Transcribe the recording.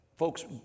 Folks